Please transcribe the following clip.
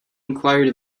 inquired